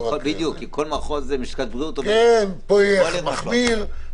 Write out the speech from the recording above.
פה יהיה מחמיר,